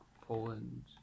Poland